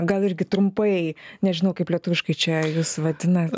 gal irgi trumpai nežinau kaip lietuviškai čia jus vadina